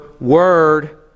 word